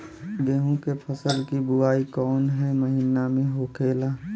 गेहूँ के फसल की बुवाई कौन हैं महीना में होखेला?